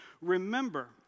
Remember